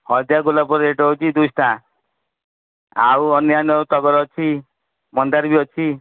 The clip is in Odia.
ହଳଦିଆ ଗୋଲାପର ରେଟ୍ ହେଉଛି ଦୁଇଶହ ଟଙ୍କା ଆଉ ଅନାନ୍ୟା ଟଗର ଅଛି ମନ୍ଦାର ବି ଅଛି